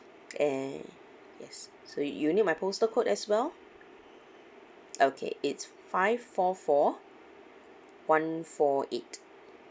and yes so you need my postal code as well okay it's five four four one four eight